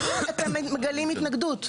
האם אתם מגלים התנגדות?